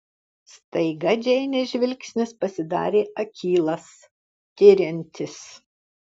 staiga džeinės žvilgsnis pasidarė akylas tiriantis